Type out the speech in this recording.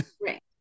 Right